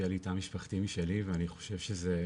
שיהיה לי תא משפחתי משלי ואני חושב שזה